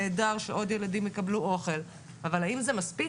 נהדר שעוד ילדים יקבלו אוכל אבל האם זה מספיק?